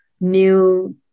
new